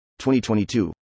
2022